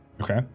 Okay